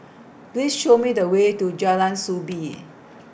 Please Show Me The Way to Jalan Soo Bee